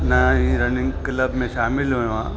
न ई running club में शामिलु हुओ आहे